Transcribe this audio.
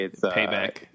payback